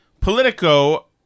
Politico